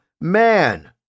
man